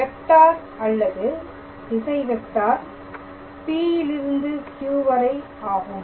vector அல்லது திசை vector P லிருந்து Q வரை ஆகும்